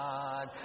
God